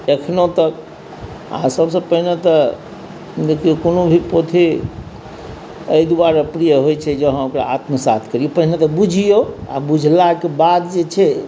अखनो तक आ सबसे पहिने तऽ जेकि कोनो भी पोथी एहि दुआरे प्रिय होइ छै जे अहाँ ओकरा आत्मसात करी पहिने तऽ बुझियौ आ बुझला के बाद जे छै